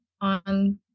on